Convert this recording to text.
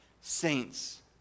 saints